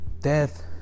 death